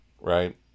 right